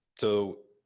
so,